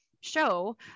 show